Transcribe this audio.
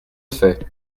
fais